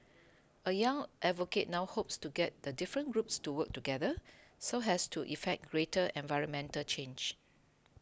a young advocate now hopes to get the different groups to work together so has to effect greater environmental change